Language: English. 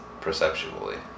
perceptually